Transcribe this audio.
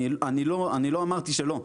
אני לא אמרתי שלא.